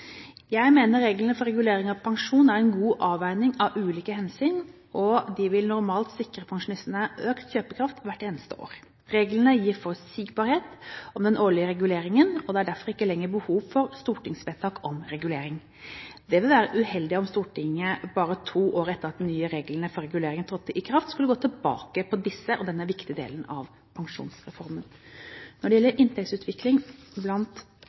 Jeg mener reglene for regulering av pensjon er en god avveining av ulike hensyn, og de vil normalt sikre pensjonistene økt kjøpekraft hvert eneste år. Reglene gir forutsigbarhet om den årlige reguleringen, og det er derfor ikke lenger behov for stortingsvedtak om regulering. Det vil være uheldig om Stortinget bare to år etter at de nye reglene for reguleringen trådte i kraft skulle gå tilbake på disse og denne viktige delen av pensjonsreformen. Når det gjelder inntektsutviklingen blant